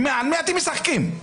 עם מי אתם משחקים?